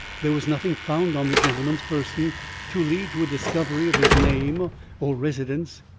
there was nothing found on the gentleman's person to lead to a discovery of his name or residence.